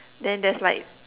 then there's like